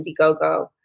Indiegogo